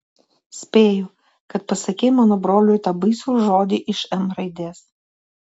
spėju kad pasakei mano broliui tą baisų žodį iš m raidės